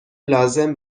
لازم